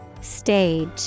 Stage